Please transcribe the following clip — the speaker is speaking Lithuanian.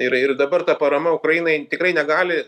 ir ir dabar ta parama ukrainai tikrai negali